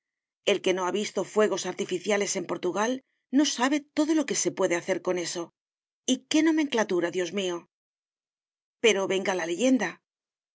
el que no ha visto fuegos artificiales en portugal no sabe todo lo que se puede hacer con eso y qué nomenclatura dios mío pero venga la leyenda